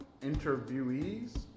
interviewees